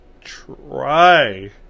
try